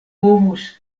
povus